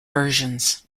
versions